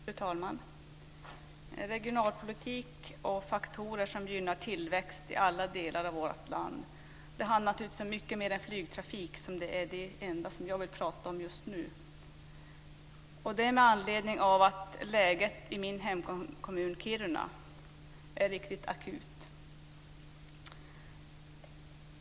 Fru talman! Regionalpolitik och faktorer som gynnar tillväxt i alla delar av vårt land handlar naturligtvis om mycket mer än flygtrafik, som är det enda som jag vill prata om just nu. Det vill jag göra med anledning av att läget i min hemkommun Kiruna är riktigt akut.